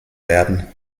werden